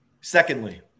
Secondly